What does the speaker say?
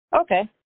Okay